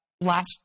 last